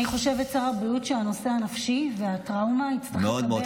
אני חושבת שהנושא הנפשי והטראומה יצטרכו לקבל